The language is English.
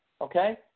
okay